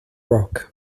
rock